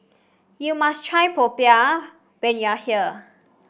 you must try popiah when you are here